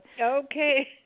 Okay